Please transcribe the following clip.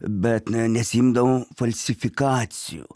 bet ne nenesiimdavo falsifikacijų